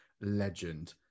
legend